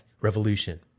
revolution